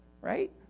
right